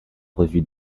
revue